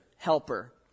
helper